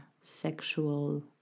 sexual